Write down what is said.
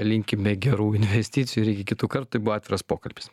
linkime gerų investicijų ir iki kitų kartų tai buvo atviras pokalbis